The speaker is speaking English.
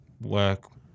work